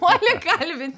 puoli kalbinti